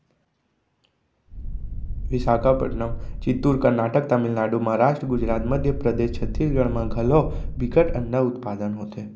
बिसाखापटनम, चित्तूर, करनाटक, तमिलनाडु, महारास्ट, गुजरात, मध्य परदेस, छत्तीसगढ़ म घलौ बिकट अंडा उत्पादन होथे